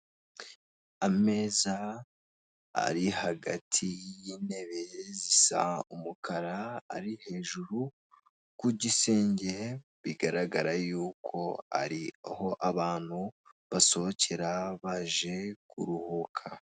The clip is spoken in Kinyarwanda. Ameza ari hagati y'itebe zisa umukara ari hejuru ku gisenge, bigaragara yuko ariho abantu basohokera baje kuruhuka.